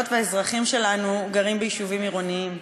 והאזרחים שלנו גרים ביישובים עירוניים.